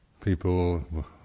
people